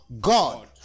God